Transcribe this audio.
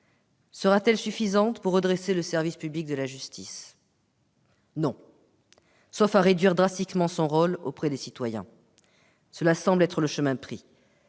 Sera-t-elle suffisante pour redresser le service public de la justice ? Non, sauf à réduire drastiquement son rôle auprès des citoyens. Cela semble être le chemin pris